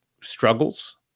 struggles